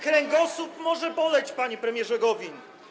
Kręgosłup może boleć, panie premierze Gowin.